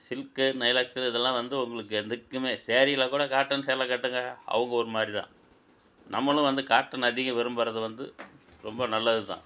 silk nylex இதெல்லாம் வந்து உங்களுக்கு எதுக்குமே சாரீல கூட காட்டன் சேலை கட்டுங்க அவங்க ஒரு மாதிரி தான் நம்மளும் வந்து காட்டன் அதிகம் விரும்புறது வந்து ரொம்ப நல்லது தான்